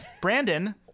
Brandon